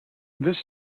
this